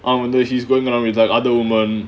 I wonder he's going around with like other woman